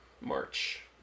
march